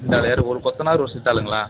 இந்தா வேறு ஒரு கொத்தனார் ஒரு சித்தாளுங்களா